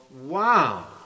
wow